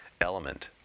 element